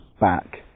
back